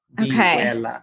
okay